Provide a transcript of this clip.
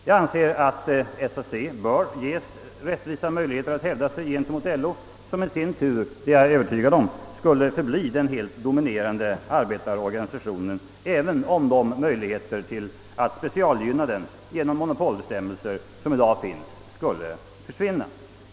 Jag anser att SAC bör ges rättvisa möjligheter att hävda sig gentemot LO, som i sin tur — det är jag övertygad om — skulle förbli den helt dominerande arbetarorganisationen, även om möjligheterna att specialgynna LO genom de monopolbestämmelser som i dag finns försvunne.